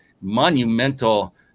monumental